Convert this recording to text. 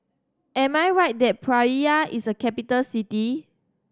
am I right that Praia is a capital city